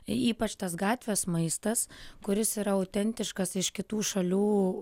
ypač tas gatvės maistas kuris yra autentiškas iš kitų šalių